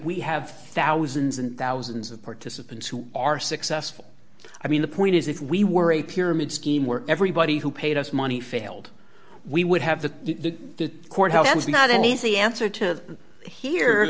we have thousands and thousands of participants who are successful i mean the point is if we were a pyramid scheme where everybody who paid us money failed we would have the court help is not an easy answer to he